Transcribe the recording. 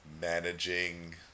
managing